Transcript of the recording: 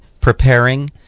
preparing